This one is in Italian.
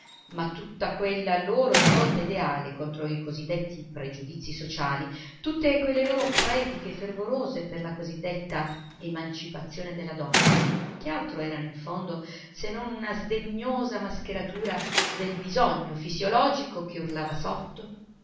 ma tutta quella loro rivolta ideale contro i così detti pregiudizii sociali tutte quelle loro prediche fervorose per la così detta emancipazione della donna che altro erano in fondo se non una sdegnosa mascheratura del bisogno fisiologico che urlava sotto